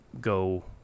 go